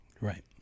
Right